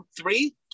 three